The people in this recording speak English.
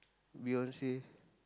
Beyonce